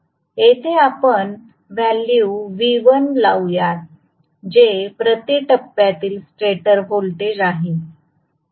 येथे आपण value V1 लावू यात जे प्रति टप्प्यातील स्टेटर व्होल्टेज आहे